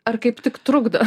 ar kaip tik trukdo